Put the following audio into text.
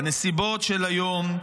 בנסיבות של היום,